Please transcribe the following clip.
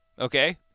okay